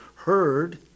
heard